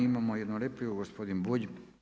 Imamo jednu repliku gospodin Bulj.